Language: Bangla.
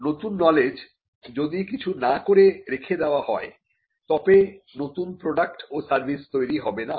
নতুন নলেজ যদি কিছু না করে রেখে দেওয়া হয় তবে নতুন প্রোডাক্ট ও সার্ভিস তৈরি হবে না